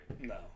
No